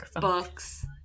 books